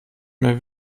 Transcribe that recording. mehr